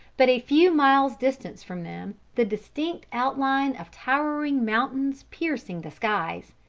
but a few miles distant from them, the distinct outline of towering mountains piercing the skies.